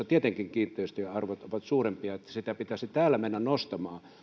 tietenkin kiinteistöjen arvot ovat suurempia veroa pitäisi mennä nostamaan